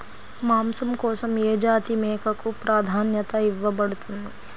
మాంసం కోసం ఏ జాతి మేకకు ప్రాధాన్యత ఇవ్వబడుతుంది?